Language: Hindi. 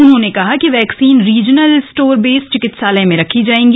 उन्होंने बताया कि वैक्सीन रीजनल स्टोर बेस चिकित्सालय में रखी जायेगी